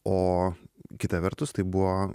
o kita vertus tai buvo